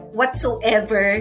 whatsoever